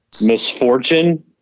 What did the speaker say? misfortune